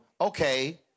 okay